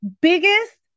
biggest